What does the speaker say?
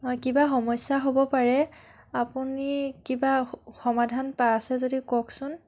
হয় কিবা সমস্যা হ'ব পাৰে আপুনি কিবা সমাধান আছে যদি কওকচোন